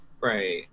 Right